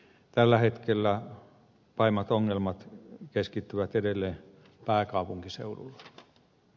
tällä hetkellä pahimmat ongelmat keskittyvät edelleen pääkaupunkiseudulle